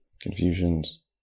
confusions